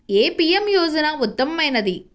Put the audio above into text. ఏ PM యోజన ఉత్తమమైనది?